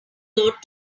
lot